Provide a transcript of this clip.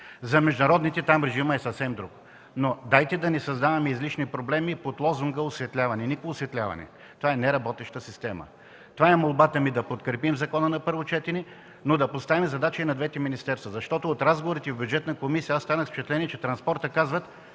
За международните режимът е съвсем друг, но дайте да не създаваме излишни проблеми под лозунга: „Осветляване”. Никакво осветляване! Това е неработеща система. Молбата ми е да подкрепим закона на първо четене, но да поставим задача и на двете министерства, защото от разговорите в Бюджетна комисия аз останах с впечатление, че от